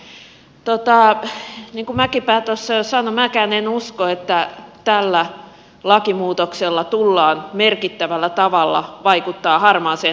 niin kuin mäkipää jo sanoi minäkään en usko että tällä lakimuutoksella tullaan merkittävällä tavalla vaikuttamaan harmaaseen talouteen